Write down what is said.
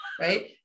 Right